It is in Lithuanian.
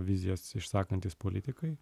vizijas išsakantys politikai